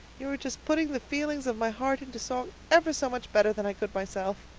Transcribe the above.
you are just putting the feelings of my heart into song ever so much better than i could myself.